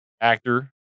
actor